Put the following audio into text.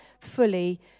fully